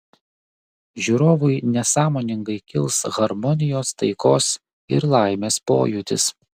žiūrovui nesąmoningai kils harmonijos taikos ir laimės pojūtis